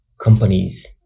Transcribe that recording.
companies